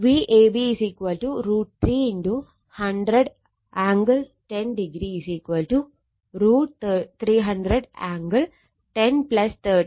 Vab √ 3 ×100 angle 10o √ 300 angle 10 30 173